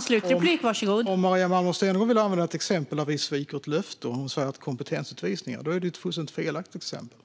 Fru talman! Om Maria Malmer Stenergard vill använda ett exempel där vi sviker ett löfte och nämner kompetensutvisningar är det ett fullständigt felaktigt exempel.